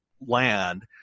land